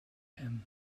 him